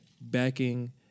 backing